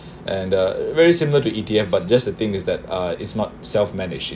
and a very similar to E_T_F but just the thing is that uh it's not self managed